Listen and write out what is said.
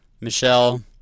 Michelle